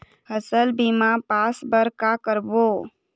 फसल बीमा पास बर का करबो?